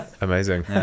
Amazing